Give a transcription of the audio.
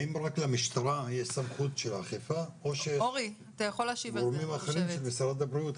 האם רק למשטרה יש סמכות של אכיפה או גורמים אחרים במשרד הבריאות?